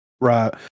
Right